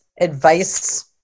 advice